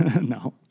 No